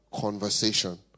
conversation